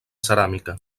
ceràmica